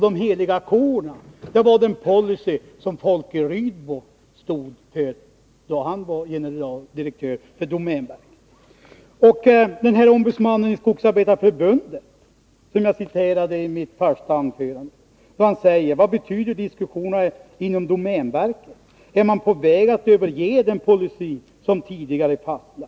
De heliga korna var den policy som Folke Rydbo stod för, då han var generaldirektör i domänverket. Och ombudsmannen i Skogsarbetareförbundet, som jag citerade i mitt första anförande, säger: Vad betyder diskussionen inom domänverket? Är man på väg att överge den policy som tidigare fastlagts?